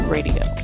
Radio